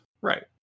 Right